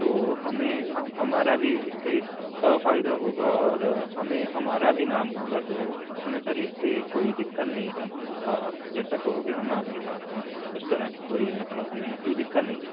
تو ہمیں ہمارا بھی اس سے فائدہ ہوگا اور ہمیں ہمارا بھی نام ہوگا تو ہمیں سر اس سے کوئی دقت نہیں ہے جیسا کہو گے ہم آپ کے ساتھ ہیں اس طرح کی کوئی مطلب ہمیں کوئی دقت نہیں ہے